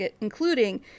including